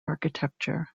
architecture